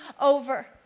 over